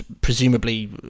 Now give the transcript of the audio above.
presumably